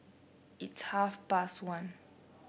its half past one